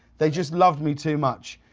they just loved me too much.